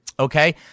Okay